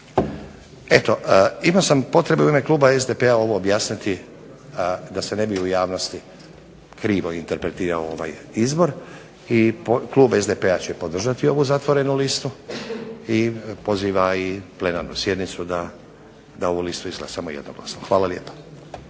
Eto, imao potrebe i u ime kluba SDP-a ovo objasniti da se ne bi u javnosti krivo interpretirao ovaj izbor. I klub SDP-a će podržati ovu zatvorenu listu i poziva i plenarnu sjednicu da ovu listu izglasamo jednoglasno. Hvala lijepa.